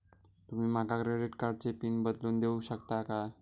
तुमी माका क्रेडिट कार्डची पिन बदलून देऊक शकता काय?